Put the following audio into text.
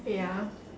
ya